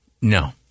No